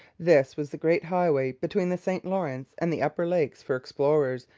this was the great highway between the st lawrence and the upper lakes for explorers,